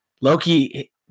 loki